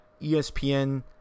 ESPN